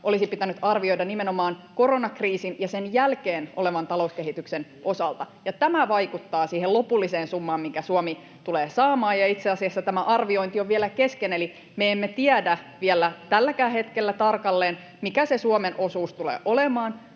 olisi pitänyt arvioida nimenomaan koronakriisin ja sen jälkeen olevan talouskehityksen osalta. Tämä vaikuttaa siihen lopulliseen summaan, minkä Suomi tulee saamaan. Itse asiassa tämä arviointi on vielä kesken, eli me emme tiedä vielä tälläkään hetkellä tarkalleen, mikä se Suomen osuus tulee olemaan,